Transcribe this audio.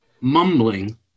mumbling